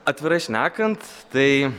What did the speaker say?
atvirai šnekant tai